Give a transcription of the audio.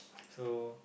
so